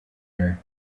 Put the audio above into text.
her